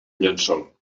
llençol